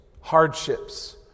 hardships